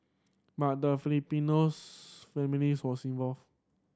but the Filipinos families was involved